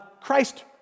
Christ